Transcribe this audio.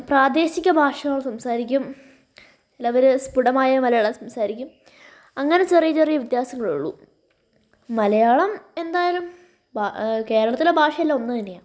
പ്രാദേശിക ഭാഷ സംസാരിക്കും ചിലവർ സ്പുടമായ മലയാളം സംസാരിക്കും അങ്ങനെ ചെറിയ ചെറിയ വ്യത്യാസങ്ങളെ ഉള്ളു മലയാളം എന്തായാലും ഭാ കേരത്തിലെ ഭാഷയെല്ലാം ഒന്നു തന്നെയാണ്